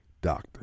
Doctor